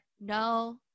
no